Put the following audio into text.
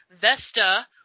Vesta